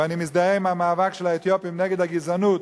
ואני מזדהה עם המאבק של האתיופים נגד הגזענות,